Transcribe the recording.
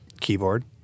keyboard